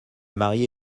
mariée